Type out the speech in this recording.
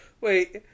Wait